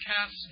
cast